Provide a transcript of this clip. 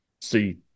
see